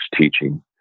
teaching